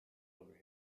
over